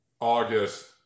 august